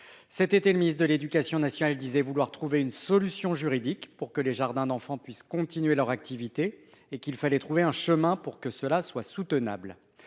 Cet été, le ministre de l'éducation nationale disait vouloir « trouver une solution juridique pour que les jardins d'enfants puissent continuer leur activité et qu'il [...] fallait trouver un chemin pour que cela soit soutenable